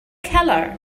keller